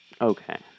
Okay